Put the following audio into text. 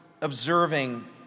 observing